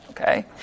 Okay